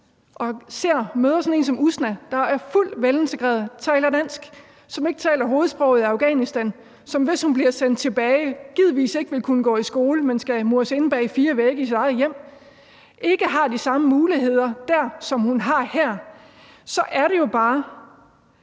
og møder sådan en som Usna, der er fuldt ud velintegreret, taler dansk, som ikke taler hovedsproget i Afghanistan, som, hvis hun bliver sendt tilbage, givetvis ikke vil kunne gå i skole, men skal mures inde bag fire vægge i sit eget hjem, og som ikke har de samme muligheder dér, som hun har her, så er det jo bare,